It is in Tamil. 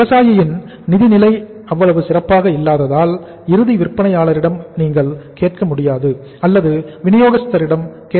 விவசாயியின் நிதிநிலை அவ்வளவு சிறப்பாக இல்லாததால் இறுதி விற்பனையாளரிடம் நீங்கள் கேட்க முடியாது அல்லது விநியோகஸ்தரிடம் கேட்க முடியாது